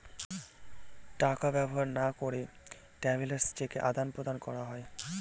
টাকা ব্যবহার না করে ট্রাভেলার্স চেক আদান প্রদানে ব্যবহার করা হয়